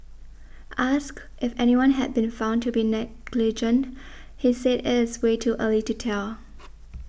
asked if anyone had been found to be negligent he said it is way too early to tell